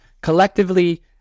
collectively